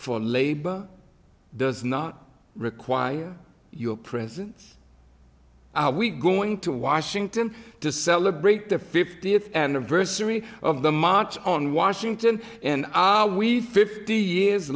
for labor does not require your presence we going to washington to celebrate their fiftieth anniversary of the march on washington and we fifty years